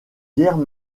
guerre